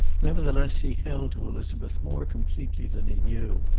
nevertheless he held to elizabeth more completely than he knew,